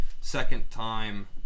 second-time